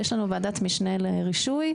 ויש לנו וועדת משנה לרישוי.